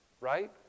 right